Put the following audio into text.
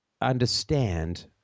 understand